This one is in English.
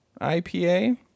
IPA